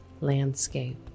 landscape